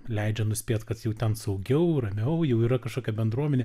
leidžia nuspėt kad jau ten saugiau ramiau jau yra kažkokia bendruomenė